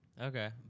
Okay